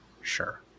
Sure